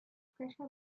sprecher